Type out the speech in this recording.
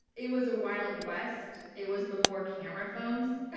it was a wild west. it was before camera phones. ah